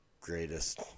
greatest